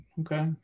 Okay